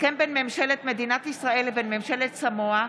הסכם בין ממשלת מדינת ישראל לבין ממשלת סמואה